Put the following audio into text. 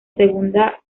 segunda